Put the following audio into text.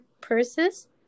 purses